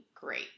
great